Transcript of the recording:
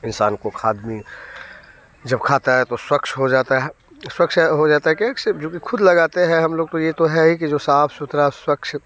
इंसान को जब खाता है तो स्वच्छ हो जाता है स्वच्छ हो जाता है कि जो भी ख़ुद लगाते हैं हम लोग को ये तो है कि जो साफ़ सुथरा स्वच्छ